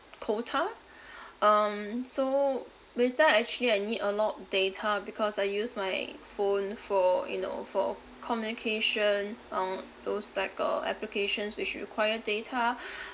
quota um so data actually I need a lot of data because I use my phone for you know for communication on those like uh applications which require data